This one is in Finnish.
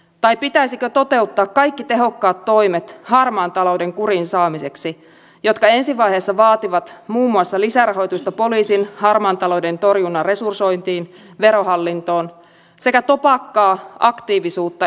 tai pitäisikö toteuttaa kaikki tehokkaat toimet harmaan talouden kuriin saamiseksi jotka ensivaiheessa vaativat muun muassa lisärahoitusta poliisin harmaan talouden torjunnan resursointiin verohallintoon sekä topakkaa aktiivisuutta eu tasolla